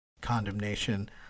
Condemnation